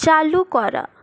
চালু করা